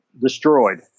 destroyed